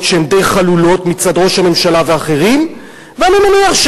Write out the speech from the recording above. קרא, אינו נוכח איציק שמולי, אינו נוכח איילת